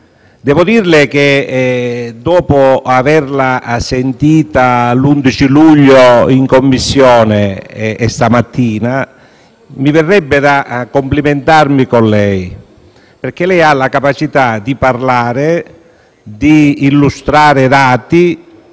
devo dirle che, dopo averla sentita l'11 luglio in Commissione e questa mattina, mi verrebbe da complimentarmi con lei, perché lei ha la capacità di parlare e di illustrare dati,